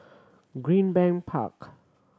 Greenbank Park